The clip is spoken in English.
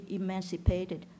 emancipated